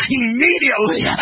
immediately